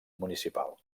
municipal